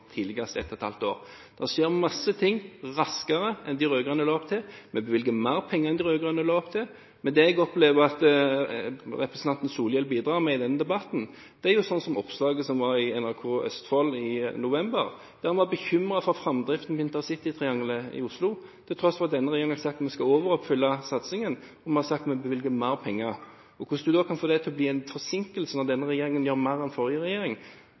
tidligst om ett og et halvt år. Nå skjer mange ting raskere enn det de rød-grønne la opp til. Vi bevilger mer penger enn de rød-grønne. Men det jeg opplever at representanten Solhjell bidrar med i denne debatten, er som oppslaget i NRK Østfold i november, der man var bekymret for framdriften av intercitytrianglet i Oslo, til tross for at denne regjeringen har sagt at vi skal overoppfylle satsingen, og vi har sagt at vi vil bevilge mer penger. Hvordan man får det til å bli en forsinkelse når denne regjeringen gjør mer enn den forrige